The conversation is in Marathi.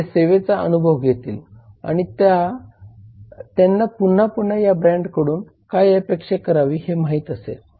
आणि ते सेवेचा अनुभव घेतील आणि त्यांना पुन्हा पुन्हा या ब्रँडकडून काय अपेक्षा करावी हे माहित असेल